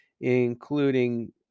including